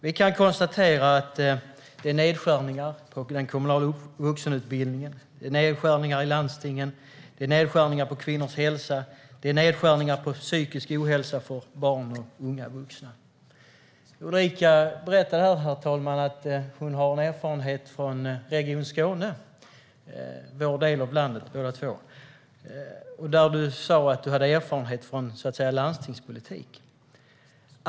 Vi kan konstatera att det handlar om nedskärningar inom den kommunala vuxenutbildningen, nedskärningar inom landstingen, nedskärningar i fråga om kvinnors hälsa och nedskärningar i fråga om psykisk ohälsa bland barn och unga vuxna. Ulrika Heindorff berättade här att hon har erfarenhet från Region Skåne - det är både hennes och min del av landet - och att hon har erfarenhet från landstingspolitik.